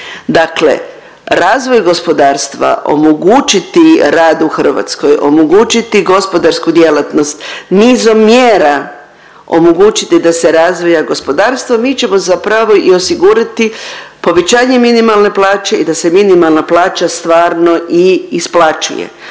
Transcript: Dakle razvoj gospodarstva omogućiti rad u Hrvatskoj, omogućiti gospodarsku djelatnost, nizom mjera omogućiti da se razvija gospodarstva, mi ćemo zapravo i osigurati povećanje minimalne plaće i da se minimalna plaća stvarno i isplaćuje.